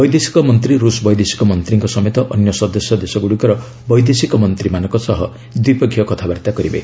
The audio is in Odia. ବୈଦେଶିକ ମନ୍ତ୍ରୀ ରୁଷ ବୈଦେଶିକ ମନ୍ତ୍ରୀଙ୍କ ସମେତ ଅନ୍ୟ ସଦସ୍ୟ ଦେଶଗୁଡ଼ିକର ବୈଦେଶିକ ମନ୍ତ୍ରୀମାନଙ୍କ ସହ ଦ୍ୱିପକ୍ଷିୟ କଥାବାର୍ତ୍ତା କରିବେ